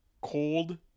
cold